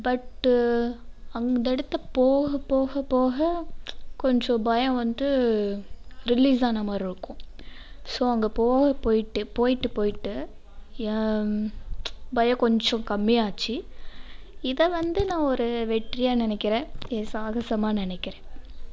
பட்டு அந்த இடத்த போக போக போக கொஞ்சம் பயம் வந்து ரிலீஸ்ஸான மாதிரி இருக்கும் ஸோ அங்கே போக போயிட்டு போயிட்டு போயிட்டு ஏ பயம் கொஞ்சம் கம்மியாச்சு இதை வந்து நான் ஒரு வெற்றியாக நினைக்கிறேன் இதை சாகசமாக நினைக்கிறேன்